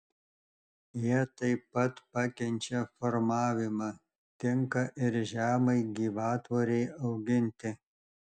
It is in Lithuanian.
jie taip pat pakenčia formavimą tinka ir žemai gyvatvorei auginti